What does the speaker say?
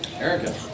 Erica